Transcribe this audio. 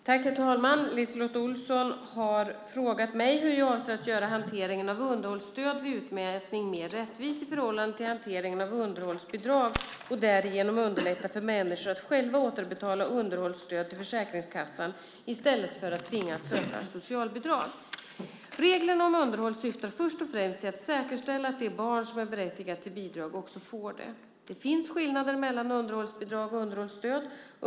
Herr talman! LiseLotte Olsson har frågat mig hur jag avser att göra hanteringen av underhållsstöd vid utmätning mer rättvis i förhållande till hanteringen av underhållsbidrag och därigenom underlätta för människor att själva återbetala underhållsstöd till Försäkringskassan i stället för att tvingas söka socialbidrag. Reglerna om underhåll syftar först och främst till att säkerställa att det barn som är berättigat till bidrag också får det. Det finns skillnader mellan underhållsbidrag och underhållsstöd.